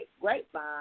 grapevine